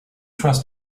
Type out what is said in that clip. trust